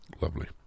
Lovely